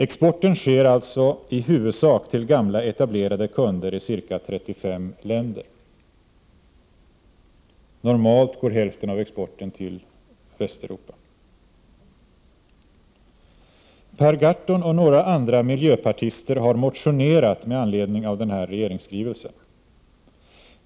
Exporten sker alltså i huvudsak till gamla etablerade kunder i ca 35 länder. Normalt går hälften av exporten till Västeuropa. Per Gahrton och några andra miljöpartister har motionerat med anledning av den här regeringsskrivelsen.